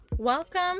Welcome